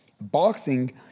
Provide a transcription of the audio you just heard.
Boxing